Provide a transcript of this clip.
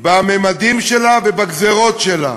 בממדים שלה ובגזירות שלה.